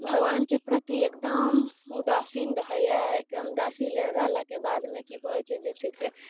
भगवानके प्रति एकदम उदासीन रहैया एकदम उदासीन रहलाके बादमे की कहैत छै जे छै से